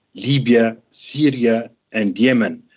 libya, syria and yemen.